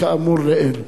כאמור לעיל.